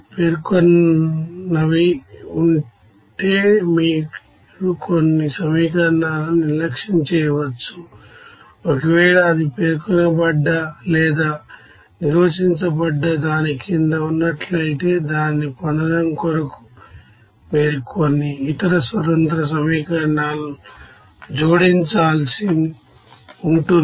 పేర్కొన్నవి ఉంటే మీరు కొన్ని సమీకరణాలను నిర్లక్ష్యం చేయవచ్చుఒకవేళ అది పేర్కొనబడ్డ లేదా నిర్వచించబడ్డ దాని కింద ఉన్నట్లయితే దానిని పొందడం కొరకు మీరు కొన్ని ఇతర ఇండిపెండెంట్ ఈక్వేషన్ ను జోడించాల్సి ఉంటుంది